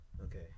Okay